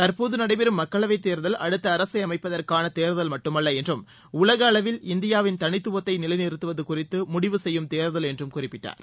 தற்போது நடைபெறும் மக்களவைத் தேர்தல் அடுத்த அரசை அமைப்பதற்கான தேர்தல் மட்டுமல்ல என்றும் உலக அளவில் இந்தியாவின் தனித்துவத்தை நிலைநிறுத்துவது குறித்து முடிவு செய்யும் தேர்தல் என்று குறிப்பிட்டார்